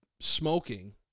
Smoking